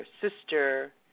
sister